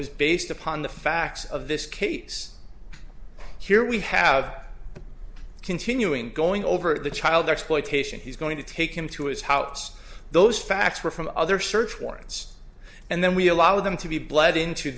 was based upon the facts of this case here we have continuing going over the child exploitation he's going to take him to his house those facts were from other search warrants and then we allow them to be bled into